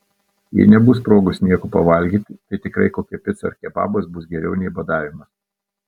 jei nebus progos nieko pavalgyti tai tikrai kokia pica ar kebabas bus geriau nei badavimas